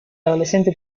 adolescente